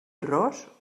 ros